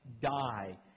die